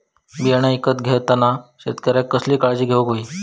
बियाणा ईकत घेताना शेतकऱ्यानं कसली काळजी घेऊक होई?